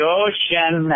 ocean